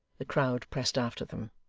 the crowd pressed after them.